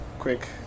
Quick